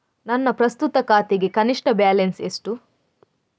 ನನ್ನ ಪ್ರಸ್ತುತ ಖಾತೆಗೆ ಕನಿಷ್ಠ ಬ್ಯಾಲೆನ್ಸ್ ಎಷ್ಟು?